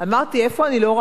אמרו: רק שנייה.